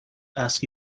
ask